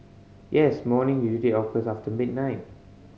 yes morning usually occur after midnight